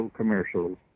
commercials